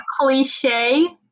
cliche